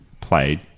Played